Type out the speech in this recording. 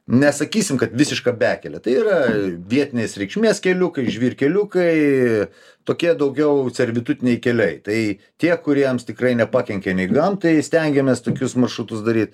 nesakysim kad visiška bekele tai yra vietinės reikšmės keliukai žvyrkeliukai tokie daugiau servitutiniai keliai tai tie kuriems tikrai nepakenkė nei gamtai stengiamės tokius maršrutus daryt